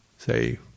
say